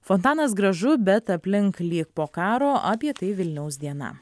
fontanas gražu bet aplink lyg po karo apie tai vilniaus diena